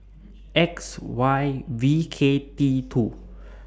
X Y V K T two